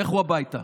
לכו הביתה.